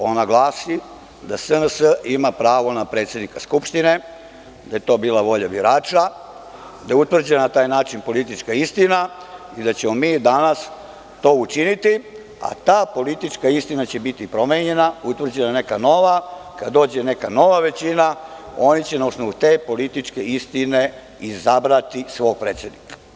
Ona glasi da SNS ima pravo na predsednika Skupštine, da je to bila volja birača, da je utvrđena na taj način politička istina i da ćemo mi danas to učiniti, a ta politička istina će biti promenjena, utvrđena neka nova kada dođe neka nova većina i oni će na osnovu te političke istine izabrati svog predsednika.